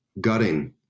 gutting